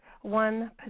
one